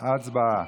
הצבעה.